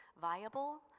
viable